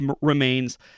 remains